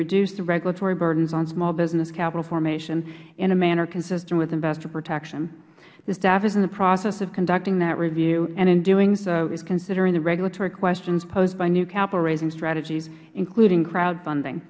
reduce the regulatory burdens on small business capital formation in a manner consistent with investor protection the staff is in the process of conducting that review and in doing so is considering the regulatory questions posed by new capital raising strategies including crowdfunding